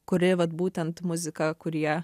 kuri vat būtent muzika kurie